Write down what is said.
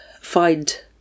find